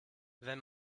wenn